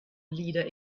leader